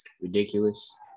ridiculous